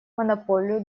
монополию